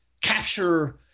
capture